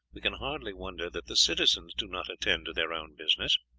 we can hardly wonder that the citizens do not attend to their own business.